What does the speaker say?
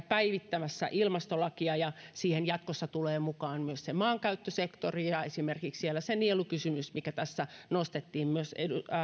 päivittämässä ilmastolakia ja siihen jatkossa tulevat mukaan myös maankäyttösektori ja siellä esimerkiksi nielukysymys kuten nostettiin myös